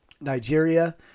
Nigeria